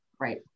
Right